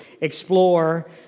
explore